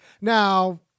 Now